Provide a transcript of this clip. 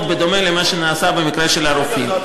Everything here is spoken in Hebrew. בדומה למה שנעשה במקרה של רופאים.